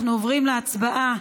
אנחנו עוברים להצבעה